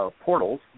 portals